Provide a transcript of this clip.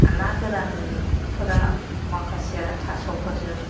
ना गोरानफोरा माखासेया थास'फोरजों